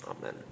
amen